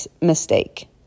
mistake